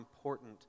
important